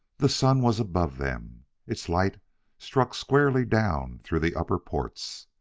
the sun was above them its light struck squarely down through the upper ports.